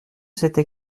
c’était